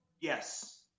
Yes